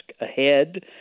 ahead